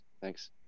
thanks